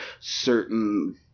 certain